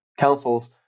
councils